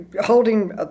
Holding